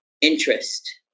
interest